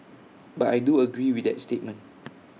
but I do agree with that statement